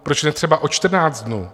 Proč ne třeba o 14 dnů?